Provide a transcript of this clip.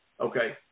okay